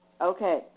Okay